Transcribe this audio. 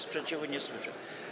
Sprzeciwu nie słyszę.